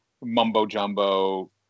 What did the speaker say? mumbo-jumbo